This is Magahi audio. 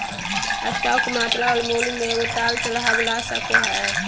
स्टॉक मात्रा और मूल्य में उतार चढ़ाव ला सको हइ